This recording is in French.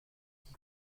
qui